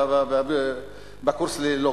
בקורס ללוגיקה: